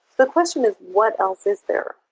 the question is, what else is there?